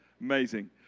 Amazing